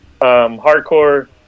hardcore